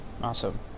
Awesome